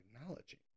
acknowledging